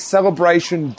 Celebration